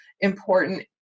important